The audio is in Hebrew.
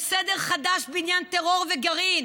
יש סדר חדש בעניין טרור וגרעין,